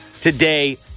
today